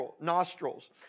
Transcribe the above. nostrils